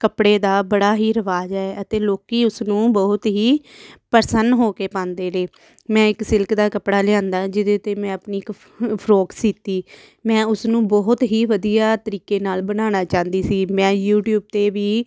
ਕੱਪੜੇ ਦਾ ਬੜਾ ਹੀ ਰਿਵਾਜ਼ ਹੈ ਅਤੇ ਲੋਕ ਉਸਨੂੰ ਬਹੁਤ ਹੀ ਪ੍ਰਸੰਨ ਹੋ ਕੇ ਪਾਉਂਦੇ ਨੇ ਮੈਂ ਇੱਕ ਸਿਲਕ ਦਾ ਕੱਪੜਾ ਲਿਆਂਦਾ ਜਿਹਦੇ 'ਤੇ ਮੈਂ ਆਪਣੀ ਇੱਕ ਫਰੋ ਫਰੋਕ ਸੀਤੀ ਮੈਂ ਉਸਨੂੰ ਬਹੁਤ ਹੀ ਵਧੀਆ ਤਰੀਕੇ ਨਾਲ ਬਣਾਉਣਾ ਚਾਹੁੰਦੀ ਸੀ ਮੈਂ ਯੂਟੀਊਬ 'ਤੇ ਵੀ